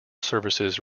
services